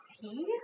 tea